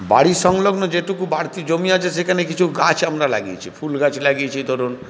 বাড়ির সংলগ্ন যেটুকু বাড়তি জমি আছে সেখানে কিছু গাছ আমরা লাগিয়েছি ফুল গাছ লাগিয়েছি ধরুন